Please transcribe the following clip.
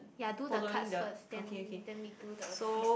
ya do the cards first then then we do the free s~